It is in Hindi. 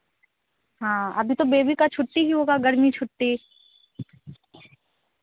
हाँ अभी तो बेबी का छुट्टी ही होगा गर्मी छुट्टी